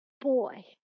boy